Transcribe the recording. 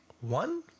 One